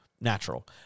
Natural